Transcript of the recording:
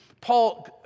Paul